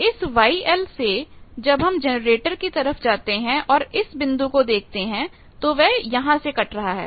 तो इस YL से जब हम जनरेटर की तरफ जाते हैं और इस बिंदु को देखते हैं तो वह यहां से कट रहा है